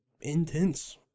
intense